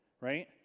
right